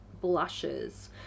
Blushes